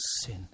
sin